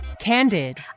Candid